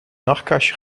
nachtkastje